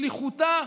שליחותה,